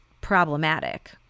problematic